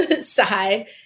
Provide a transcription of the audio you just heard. side